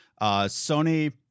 Sony